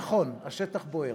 נכון, השטח בוער,